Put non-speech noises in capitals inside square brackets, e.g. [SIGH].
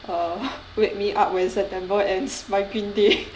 err [LAUGHS] wake me up when september ends by green day [LAUGHS]